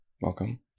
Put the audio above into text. welcome